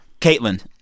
Caitlin